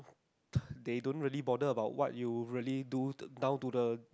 they don't really bother about what you really do down to the